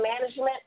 management